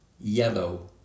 yellow